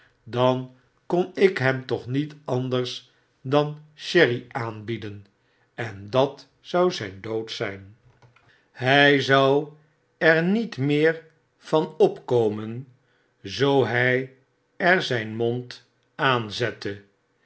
dan kon ik hem toch niet anders dan sherry aanbieden en dat zou zijndoodzfln hy zou er niet meer van opkotnen zoo hij er zjjn mond aanzette